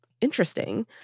interesting